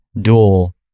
dual